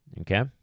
Okay